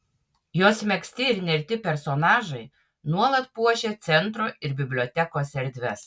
jos megzti ir nerti personažai nuolat puošia centro ir bibliotekos erdves